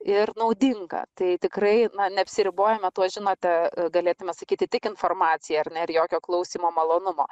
ir naudinga tai tikrai na neapsiribojame tuo žinote galėtume sakyti tik informacija ar ne ir jokio klausymo malonumo